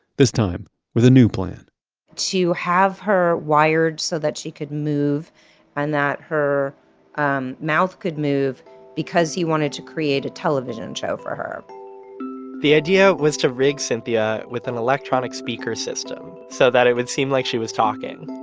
this time with a new plan to have her wired so that she could move and that her um mouth could move because he wanted to create a television show for her the idea was to rig cynthia with an electronic speaker system so that it would seem like she was talking,